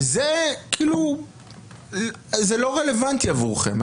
וכאילו זה לא רלוונטי עבורכם,